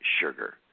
sugar